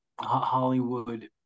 Hollywood